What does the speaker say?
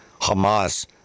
Hamas